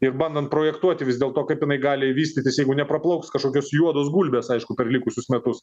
ir bandant projektuoti vis dėlto kaip jinai gali vystytis jeigu nepraplauks kažkokios juodos gulbės aišku per likusius metus